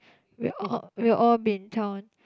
we will all we will all be in town